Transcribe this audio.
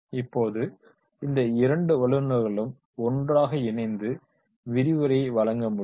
இப்போது இந்த இரண்டு வல்லுநர்களும் ஒன்றாக இணைந்து விரிவுரையை வழங்க முடியும்